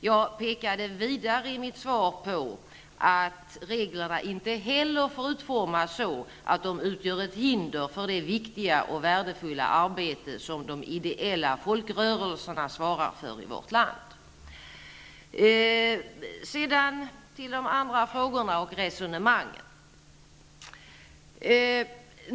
Jag pekade vidare i mitt svar på att reglerna inte heller får utformas så att de utgör ett hinder för det viktiga och värdefulla arbete som de ideella folkrörelserna svarar för i vårt land. Sedan till de andra frågorna och resonemangen.